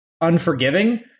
unforgiving